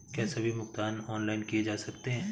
क्या सभी भुगतान ऑनलाइन किए जा सकते हैं?